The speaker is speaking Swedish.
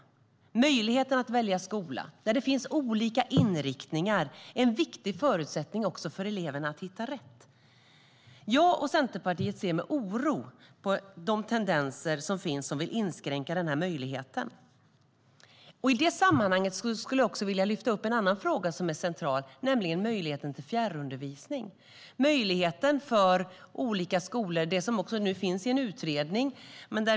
Möjligheten att välja skola och att det finns olika inriktningar är också en viktig förutsättning för att eleven ska hitta rätt. Jag och Centerpartiet ser med oro på de tendenser som finns att vilja inskränka den möjligheten. I det sammanhanget vill jag också lyfta upp en annan fråga som är central, nämligen möjligheten till fjärrundervisning. Den möjligheten för olika skolor behandlas nu i en utredning.